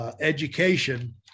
education